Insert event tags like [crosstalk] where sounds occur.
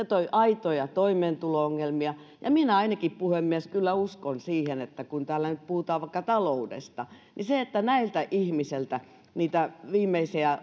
[unintelligible] toi aitoja toimeentulo ongelmia ja minä ainakin puhemies kyllä uskon siihen että kun täällä nyt puhutaan vaikka taloudesta niin se että näiltä ihmisiltä niitä viimeisiä [unintelligible]